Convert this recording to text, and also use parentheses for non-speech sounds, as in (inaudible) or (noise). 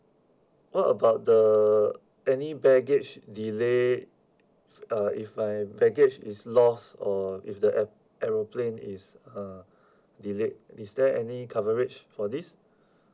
what about the any baggage delay uh if my baggage is lost or if the aer~ aeroplane is a (breath) delayed is there any coverage for this (breath)